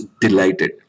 delighted